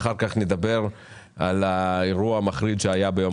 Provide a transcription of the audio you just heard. אחר כך נדבר על האירוע המחריד שהיה ביום